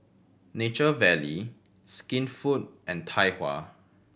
Nature Valley Skinfood and Tai Hua